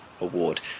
Award